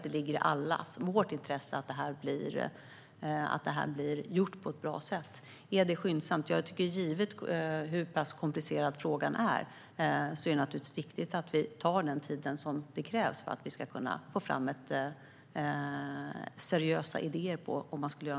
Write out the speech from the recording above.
Det ligger i allas intresse att arbetet blir gjort på ett bra sätt. Är detta skyndsamt? Givet hur pass komplicerad frågan är, är det naturligtvis viktigt att vi tar den tid som krävs för att få fram seriösa idéer.